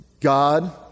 God